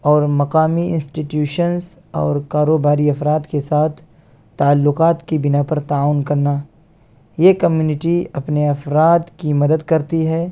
اور مقامی انسٹیٹیوشنس اور کاروباری افراد کے ساتھ تعلقات کی بنا پر تعاون کرنا یہ کمیونٹی اپنے افراد کی مدد کرتی ہے